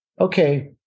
Okay